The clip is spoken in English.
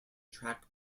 track